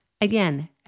Again